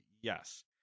Yes